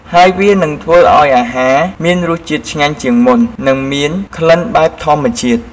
ហើយវានិងធ្វើឱ្យអាហារមានរសជាតិឆ្ងាញ់ជាងមុន និងមានក្លិនបែបធម្មជាតិ។